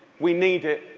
we need it.